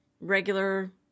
regular